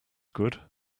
good